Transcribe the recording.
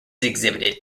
exhibited